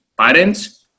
parents